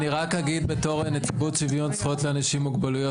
אני רק אגיד בתור נציבות שוויון זכויות לאנשים עם מוגבלויות,